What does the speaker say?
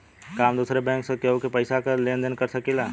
का हम दूसरे बैंक से केहू के पैसा क लेन देन कर सकिला?